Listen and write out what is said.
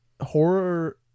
horror